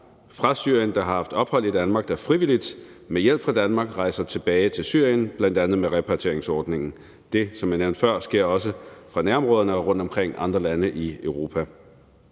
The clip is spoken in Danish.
fra Syrien, der har haft ophold i Danmark, og som frivilligt, med hjælp fra Danmark, rejser tilbage til Syrien, bl.a. gennem repatrieringsordningen. Det, som jeg nævnte før, sker også fra nærområderne og rundtomkring fra andre lande i Europa.